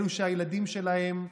אלה שהילדים שלהם,